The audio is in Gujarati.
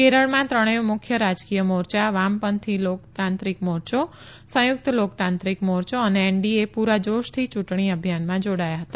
કેરળમાં ત્રણેય મુખ્ય રાજકીય મોરચા વામપંથી લોકતાંત્રિક મોરચો સંયુકત લોકતાંત્રિક મોરચો અને એનડીએ પુરા જોશથી ચુંટણી અભિયાનમાં જોડાયા હતા